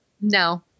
no